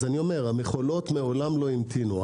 המכולות מעולם לא המתינו.